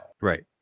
Right